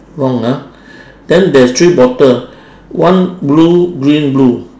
wrong ah then there's three bottle one blue green blue